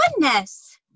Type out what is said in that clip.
Goodness